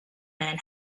man